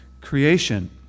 creation